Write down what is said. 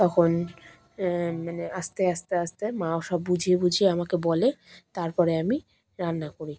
তখন মানে আস্তে আস্তে আস্তে মাও সব বুঝিয়ে বুঝিয়ে আমাকে বলে তারপরে আমি রান্না করি